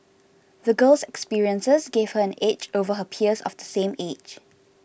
the girl's experiences gave her an edge over her peers of the same age